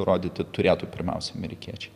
rodyti turėtų pirmiausiai amerikiečiai